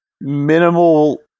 minimal